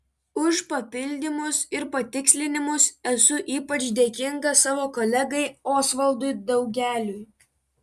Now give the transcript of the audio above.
už papildymus ir patikslinimus esu ypač dėkinga savo kolegai osvaldui daugeliui